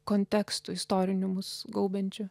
kontekstų istorinių mus gaubiančių